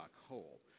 Hole